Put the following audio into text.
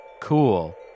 cool